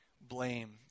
blame